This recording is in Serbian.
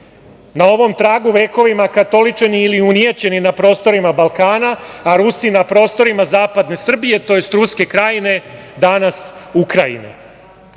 na ovom tragu vekovima katoličeni ili unijećeni na prostorima Balkana, a Rusi na prostorima zapadne Srbije, tj. Ruske krajine, danas Ukrajine. Svaki